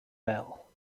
bell